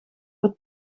het